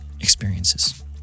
experiences